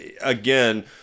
Again